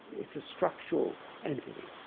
it's a structural entity.